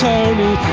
Tony